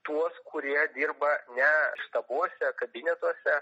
tuos kurie dirba ne štabuose kabinetuose